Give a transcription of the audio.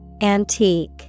Antique